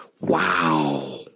Wow